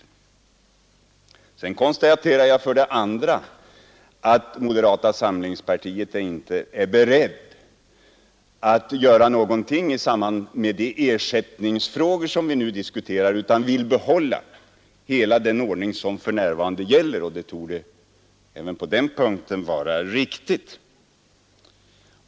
Sedan konstaterade jag också att moderata samlingspartiet inte är berett att göra någonting i samband med de ersättningsfrågor som vi nu diskuterar, utan vill behålla hela den ordning som för närvarande gäller. Även det konstaterandet torde vara riktigt.